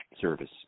service